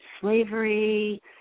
slavery